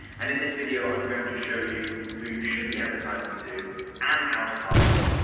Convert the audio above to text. and in this video i'm going to show you who you should be advertising to and how to target them.